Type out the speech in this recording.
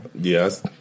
Yes